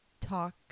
talk